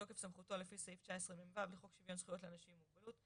בתוקף סמכותו לפי סעיף 19מו לחוק שוויון זכויות לאנשים עם מוגבלות,